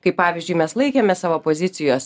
kaip pavyzdžiui mes laikėmės savo pozicijos